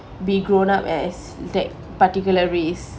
be grown up as that particular race